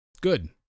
good